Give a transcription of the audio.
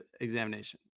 examination